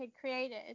created